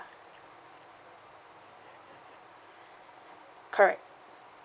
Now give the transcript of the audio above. correct